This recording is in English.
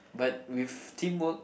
but with teamwork